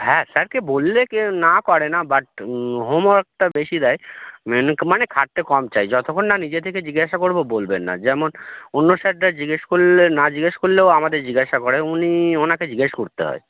হ্যাঁ স্যারকে বললে কেউ না করে না বাট হোমওয়ার্কটা বেশি দেয় মেনেক মানে খাটতে কম চায় যতখন না নিজে থেকে জিজ্ঞাসা করব বলবেন না যেমন অন্য স্যারদের জিজ্ঞাসা করলে না জিজ্ঞাসা করলেও আমাদের জিজ্ঞাসা করে উনি ওনাকে জিজ্ঞাসা করতে হয়